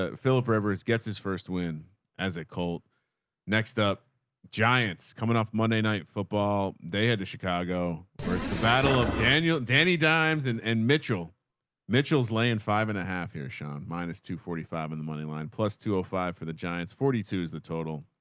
ah phillip rivers gets his first win as a colt next up giants coming off monday night football. they had to chicago, the battle of daniel, danny dimes and and mitchell mitchell's land five and a half years, sean, minus two forty five in the moneyline plus two oh five for the giants. forty two is the total